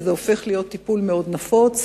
וזה הופך להיות טיפול מאוד נפוץ.